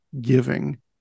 giving